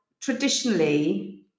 traditionally